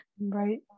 Right